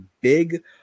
big